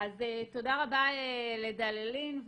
תודה רבה לדללין.